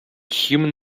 human